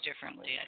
differently